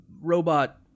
robot